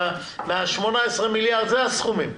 מה-18 מיליארד זה הסכומים.